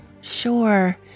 sure